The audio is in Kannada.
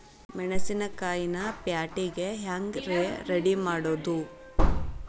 ಮೆಣಸಿನಕಾಯಿನ ಪ್ಯಾಟಿಗೆ ಹ್ಯಾಂಗ್ ರೇ ರೆಡಿಮಾಡೋದು?